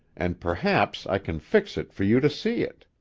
and perhaps i can fix it for you to see it.